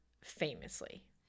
famously